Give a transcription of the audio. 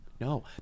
No